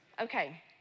Okay